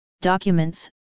documents